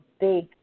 big